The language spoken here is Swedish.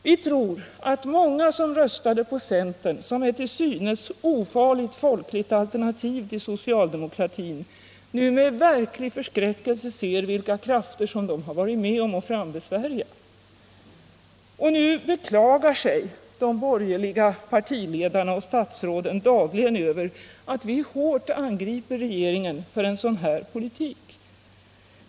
Vi tror att många som röstade på centern som ett till synes ofarligt, folkligt alternativ till socialdemokratin nu med verklig förskräckelse ser vilka krafter de varit med om att frambesvärja. Och nu beklagar sig de borgerliga partiledarna och statsråden dagligen över att vi hårt angriper regeringen för en sådan här politik.